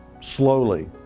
slowly